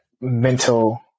mental